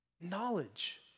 knowledge